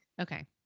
Okay